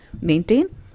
maintain